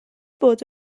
bod